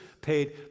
paid